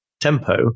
tempo